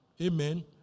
Amen